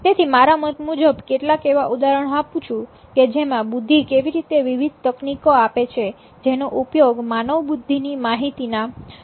તેથી મારા મત મુજબ કેટલાક એવા ઉદાહરણો આપું છું કે જેમાં બુદ્ધિ કેવી રીતે વિવિધ તકનીકો આપે છે જેનો ઉપયોગ માનવ બુદ્ધિની માહિતીના મૂલ્યાંકન માટે થાય છે